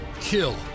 Kill